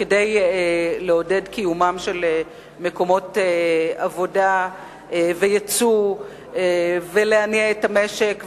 כדי לעודד קיומם של מקומות עבודה ויצוא כדי להניע את המשק,